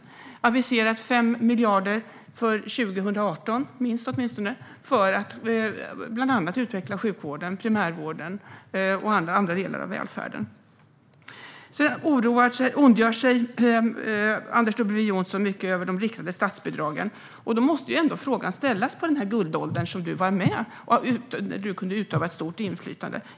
Man har aviserat minst 5 miljarder för 2018 för att bland annat utveckla sjukvården, primärvården och andra delar av välfärden. Anders W Jonsson ondgör sig mycket över de riktade statsbidragen. Då måste frågan ställas om den här guldåldern då Anders W Jonsson var med och kunde utöva stort inflytande.